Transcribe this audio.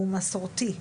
הוא מסורתי,